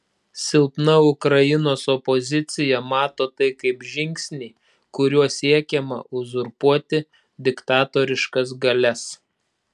silpna ukrainos opozicija mato tai kaip žingsnį kuriuo siekiama uzurpuoti diktatoriškas galias